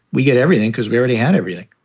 we get everything because we already had everything.